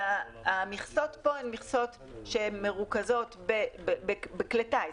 המכסות הן מכסות שמרוכזות בכלי טיס,